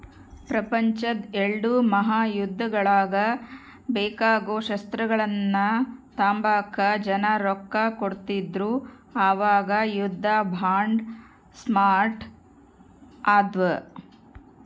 ಪ್ರಪಂಚುದ್ ಎಲ್ಡೂ ಮಹಾಯುದ್ದಗುಳ್ಗೆ ಬೇಕಾಗೋ ಶಸ್ತ್ರಗಳ್ನ ತಾಂಬಕ ಜನ ರೊಕ್ಕ ಕೊಡ್ತಿದ್ರು ಅವಾಗ ಯುದ್ಧ ಬಾಂಡ್ ಸ್ಟಾರ್ಟ್ ಆದ್ವು